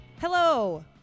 Hello